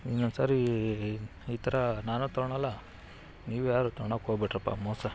ಇನ್ನೊಂದ್ಸರಿ ಈ ಥರ ನಾನು ತೊಗೊಳ್ಳಲ್ಲ ನೀವು ಯಾರು ತೊಗೋಳ್ಳೋಕ್ಕೋಗ್ಬೇಡ್ರಪ್ಪಾ ಮೋಸ